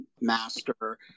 master